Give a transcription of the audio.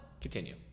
Continue